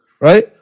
right